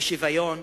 לשוויון,